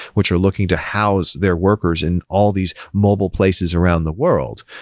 which are looking to house their workers in all these mobile places around the world.